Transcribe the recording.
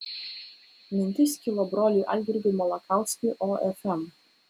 mintis kilo broliui algirdui malakauskiui ofm